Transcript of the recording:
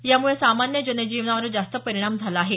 यामुळे सामान्य जनजीवनावर जास्त परिणाम झाला आहे